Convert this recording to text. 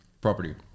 property